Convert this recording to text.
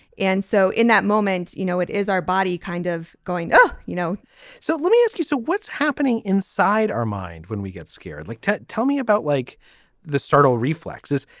and so in that moment you know it is our body kind of going oh you know so let me ask you so what's happening inside our mind when we get scared like ted. tell me about like the startle reflexes.